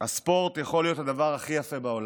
הספורט יכול להיות הדבר הכי יפה בעולם,